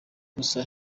gusa